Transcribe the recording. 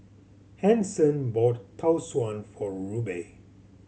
Hanson bought Tau Suan for Rubye